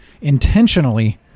intentionally